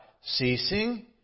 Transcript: ceasing